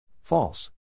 False